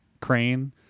crane